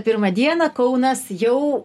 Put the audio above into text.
pirmą dieną kaunas jau